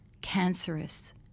cancerous